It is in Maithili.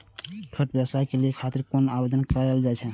छोट व्यवसाय के लोन के खातिर कोना आवेदन कायल जाय?